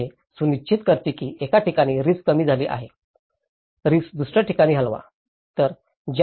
आणि हे सुनिश्चित करते की एका ठिकाणी रिस्क कमी झाली आहे रिस्क दुसर्या ठिकाणी हलवा